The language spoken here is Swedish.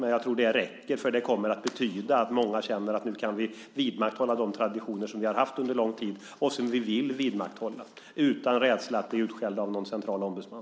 Men jag tror att detta räcker eftersom det kommer att betyda att många känner att de nu kan vidmakthålla de traditioner som de har haft under lång tid och som de vill vidmakthålla utan rädsla för att bli utskällda av någon central ombudsman.